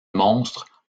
monstre